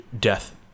Death